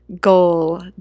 goal